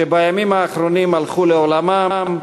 שבימים האחרונים הלכו לעולמם,